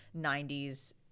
90s